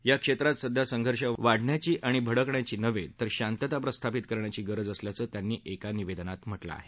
या क्षेत्रात सध्या संघर्ष वाढवण्याची आणि भडकावण्याची नव्हे तर शांतता प्रस्थापित करण्याची गरज असल्याचं त्यांनी एका निवेदनात म्हाजिं आहे